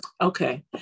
Okay